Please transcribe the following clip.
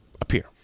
appear